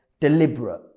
deliberate